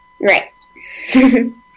Right